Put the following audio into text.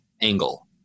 angle